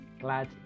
Glad